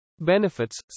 Benefits